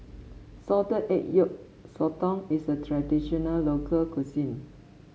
Salted Egg Yolk Sotong is a traditional local cuisine